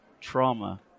trauma